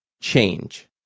change